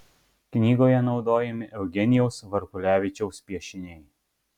knygoje naudojami eugenijaus varkulevičiaus piešiniai